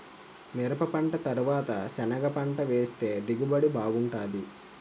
మిరపపంట తరవాత సెనగపంట వేస్తె దిగుబడి బాగుంటాది